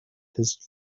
his